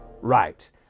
Right